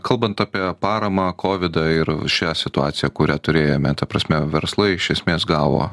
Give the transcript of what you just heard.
kalbant apie paramą kovidą ir šią situaciją kurią turėjome ta prasme verslai iš esmės gavo